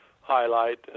highlight